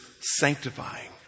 sanctifying